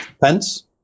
pence